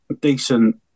decent